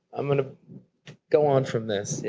i'm gonna go on from this, you